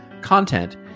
content